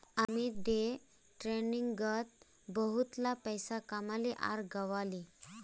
Amit day ट्रेडिंगत बहुतला पैसा कमाले आर गंवाले